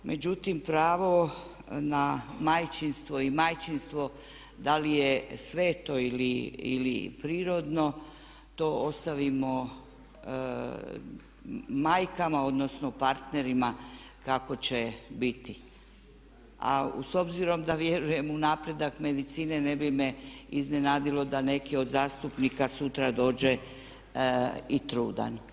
Međutim, pravo na majčinstvo i majčinstvo da li je sveto ili prirodno to ostavimo majkama odnosno parterima kako će biti ali s obzirom da vjerujem u napredak medicine, ne bi me iznenadilo da neki od zastupnika sutra dođe i trudan.